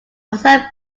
also